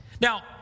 Now